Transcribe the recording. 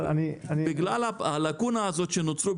אבל אני --- בגלל הלקונה הזאת שנוצרה,